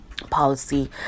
policy